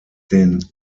den